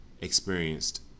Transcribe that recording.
experienced